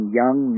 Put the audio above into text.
young